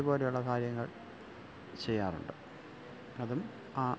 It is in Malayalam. ഇതുപോലെയുള്ള കാര്യങ്ങള് ചെയ്യാറുണ്ട് അതും ആ